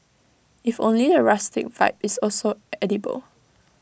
if only the rustic vibe is also edible